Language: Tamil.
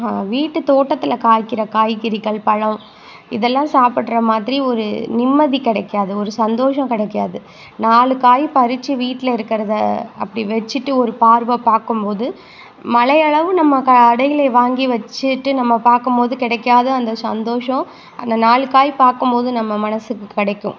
வீட்டு தோட்டத்தில் காய்க்கிற காய்கறிகள் பழம் இதெல்லாம் சாப்பிட்ற மாதிரி ஒரு நிம்மதி கிடைக்காது ஒரு சந்தோஷம் கிடைக்காது நாலு காய் பறித்து வீட்டில் இருக்கிறத அப்படி வச்சிட்டு ஒரு பார்வை பார்க்கும் போது மலையளவு நம்ம கடையில் வாங்கி வச்சிட்டு நம்ம பார்க்கும் போது கிடைக்காத அந்த சந்தோஷம் அந்த நாலு காய் பார்க்கும் போது நம்ம மனசுக்கு கிடைக்கும்